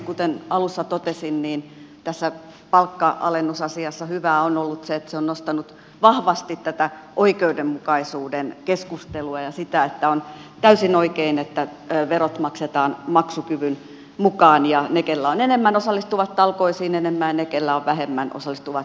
kuten alussa totesin niin tässä palkka alennusasiassa hyvää on ollut se että se on nostanut vahvasti tätä oikeudenmukaisuuden keskustelua ja sitä että on täysin oikein että verot maksetaan maksukyvyn mukaan ja ne keillä on enemmän osallistuvat talkoisiin enemmän ja ne keillä on vähemmän osallistuvat vähemmän